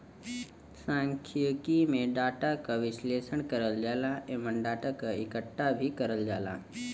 सांख्यिकी में डाटा क विश्लेषण करल जाला एमन डाटा क इकठ्ठा भी करल जाला